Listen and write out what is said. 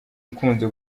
ukunze